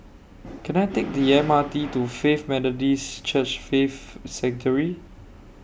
Can I Take The M R T to Faith Methodist Church Faith Sanctuary